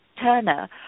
Turner